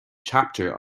chapter